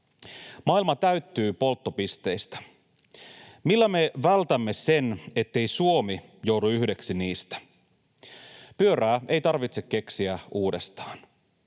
Maailma täyttyy polttopisteistä. Millä me vältämme sen, ettei Suomi joudu yhdeksi niistä? Pyörää ei tarvitse keksiä uudestaan.